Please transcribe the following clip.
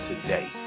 today